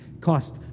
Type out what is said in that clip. cost